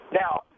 Now